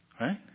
Right